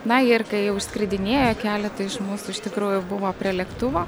na ir kai jau išskridinėjo keleta iš mūsų iš tikrųjų buvo prie lėktuvo